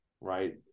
right